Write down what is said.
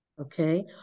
okay